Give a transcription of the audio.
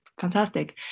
fantastic